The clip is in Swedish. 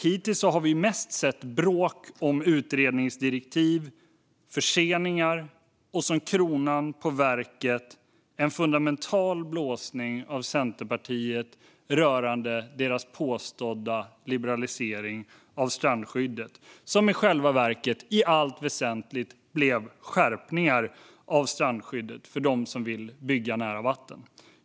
Hittills har vi mest sett bråk om utredningsdirektiv, förseningar och som kronan på verket en fundamental blåsning av Centerpartiet rörande deras påstådda liberalisering av strandskyddet, i allt väsentligt skärpningar för dem som vill bygga nära vatten.